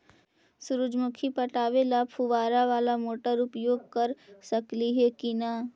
सुरजमुखी पटावे ल फुबारा बाला मोटर उपयोग कर सकली हे की न?